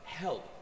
help